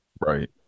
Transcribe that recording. right